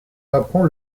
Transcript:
apprend